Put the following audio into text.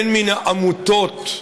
הן מהעמותות,